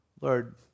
Lord